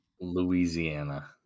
Louisiana